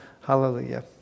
hallelujah